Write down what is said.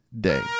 day